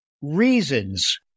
reasons